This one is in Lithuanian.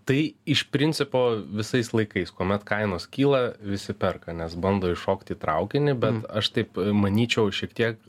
tai iš principo visais laikais kuomet kainos kyla visi perka nes bando įšokti į traukinį bent aš taip manyčiau šiek tiek